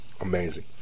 Amazing